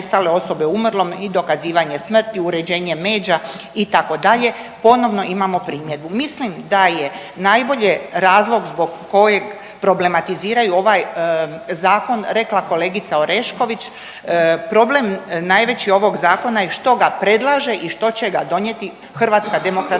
nestale osobe umrlom i dokazivanje smrti, uređenje međa itd., ponovno imamo primjedbu. Mislim da je najbolje razlog zbog kojeg problematiziraju ovaj zakona rekla kolegica Orešković. Problem najveći ovog zakona je što ga predlaže i što će ga donijeti HDZ. Recite